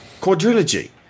Quadrilogy